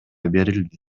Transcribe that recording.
берилди